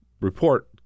report